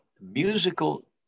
musical